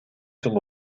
жыл